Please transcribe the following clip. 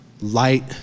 light